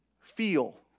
feel